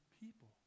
people